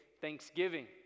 thanksgiving